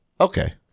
Okay